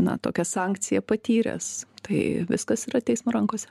na tokia sankcija patyręs tai viskas yra teismo rankose